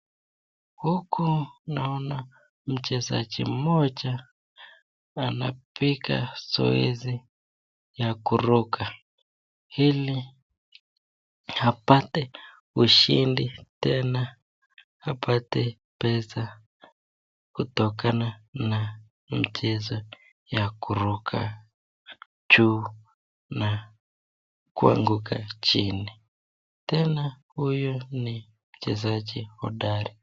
Huku naona mchezaji mmoja anapiga zoezi ya kuruka ili apate ushindi tena apate pesa kutokana na mchezo ya kuruka juu na kuanguka chini, tena huyu ni mchezaji hodari.